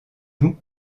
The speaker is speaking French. vous